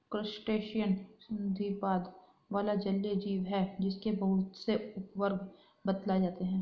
crustacean संधिपाद वाला जलीय जीव है जिसके बहुत से उपवर्ग बतलाए जाते हैं